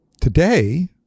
Today